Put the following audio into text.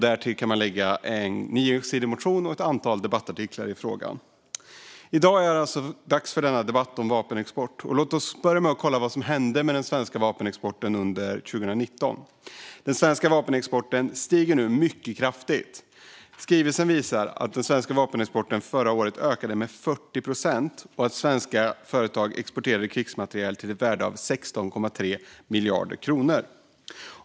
Därtill kan man lägga en niosidig motion och ett antal debattartiklar i frågan. I dag är det alltså dags för debatten om vapenexport. Låt oss börja med att kolla vad som hänt med den svenska vapenexporten under 2019. Den svenska vapenexporten har stigit mycket kraftigt. Skrivelsen visar att den svenska vapenexporten förra året ökade med 40 procent och att svenska företag exporterade krigsmateriel till ett värde av 16,3 miljarder kronor.